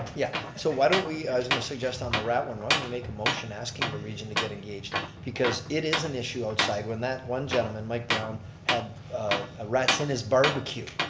yeah, so why don't we. i was going to suggest on the rat one, why don't we make a motion asking the region to get engaged because it is an issue outside, when that one gentleman, mike brown has rats in his barbecue.